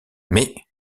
mais